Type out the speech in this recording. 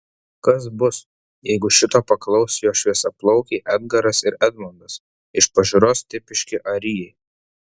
kas bus jeigu šito paklaus jo šviesiaplaukiai edgaras ir edmondas iš pažiūros tipiški arijai